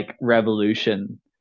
revolution